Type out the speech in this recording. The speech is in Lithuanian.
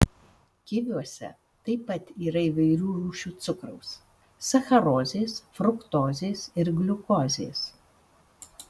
kiviuose taip pat yra įvairių rūšių cukraus sacharozės fruktozės ir gliukozės